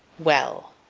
well.